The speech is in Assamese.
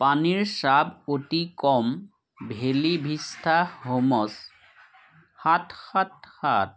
পানীৰ চাপ অতি কম ভেলি ভিষ্টা হোমছ সাত সাত সাত